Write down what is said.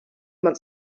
man